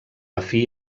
afí